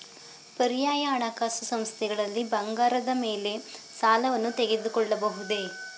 ಪರ್ಯಾಯ ಹಣಕಾಸು ಸಂಸ್ಥೆಗಳಲ್ಲಿ ಬಂಗಾರದ ಮೇಲೆ ಸಾಲವನ್ನು ತೆಗೆದುಕೊಳ್ಳಬಹುದೇ?